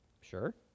Sure